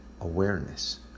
awareness